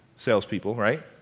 sales people, right?